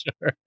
sure